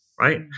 right